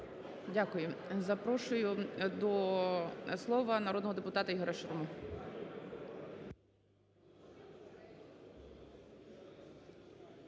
Дякую. Запрошую до слова народного депутата Ігоря Шурму.